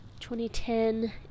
2010